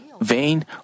vain